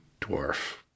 dwarf